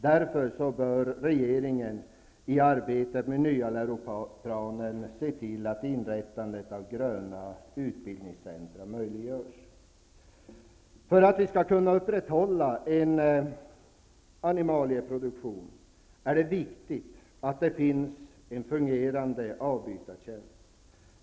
Därför bör regeringen i arbetet med nya läroplanen se till att inrättande av gröna utbildningscentra möjliggörs. För att vi skall kunna upprätthålla en animalieproduktion är det viktigt att det finns en fungerande avbytartjänst.